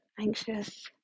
anxious